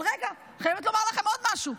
אבל רגע, אני חייבת לומר לכם עוד משהו.